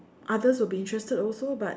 others will be interested also but